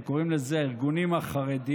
הם קוראים לזה הארגונים החרדיים,